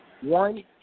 One